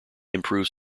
improved